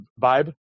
vibe